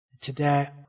Today